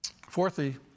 Fourthly